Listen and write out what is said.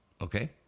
okay